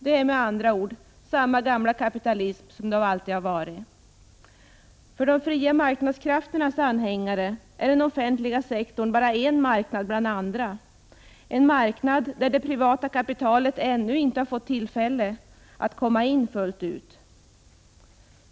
Det är med andra ord samma gamla kapitalism som alltid. För de fria marknadskrafternas anhängare är den offentliga sektorn bara en marknad bland andra, en marknad där det privata kapitalet ännu inte fått tillfälle att komma in i full utsträckning.